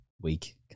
week